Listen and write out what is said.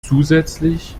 zusätzlich